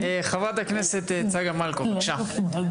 חברת הכנסת צגה מלקו, בבקשה.